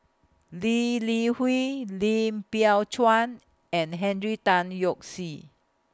Lee Li Hui Lim Biow Chuan and Henry Tan Yoke See